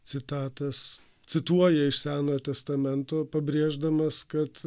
citatas cituoja iš senojo testamento pabrėždamas kad